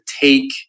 take